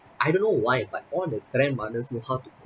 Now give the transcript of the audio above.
I don't know why but all the grandmothers know how to